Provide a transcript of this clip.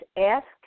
ask